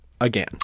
again